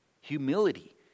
Humility